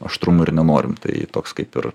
aštrumo ir nenorim tai toks kaip ir